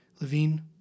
Levine